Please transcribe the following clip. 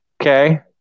Okay